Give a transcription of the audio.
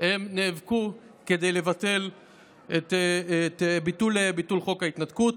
הם נאבקו כדי לבטל את חוק ההתנתקות.